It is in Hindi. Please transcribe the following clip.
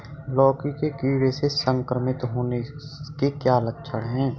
लौकी के कीड़ों से संक्रमित होने के लक्षण क्या हैं?